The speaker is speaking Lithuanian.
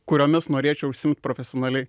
kuriomis norėčiau užsiimt profesionaliai